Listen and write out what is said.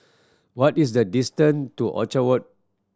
what is the distan to Orchard Boulevard